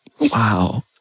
Wow